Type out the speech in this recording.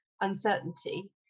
uncertainty